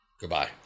goodbye